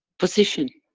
position.